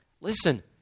Listen